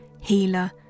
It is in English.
healer